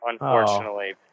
unfortunately